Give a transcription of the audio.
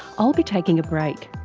i'll be taking a break.